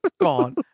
gone